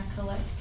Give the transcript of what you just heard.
collect